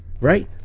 right